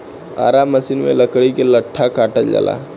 आरा मसिन में लकड़ी के लट्ठा काटल जाला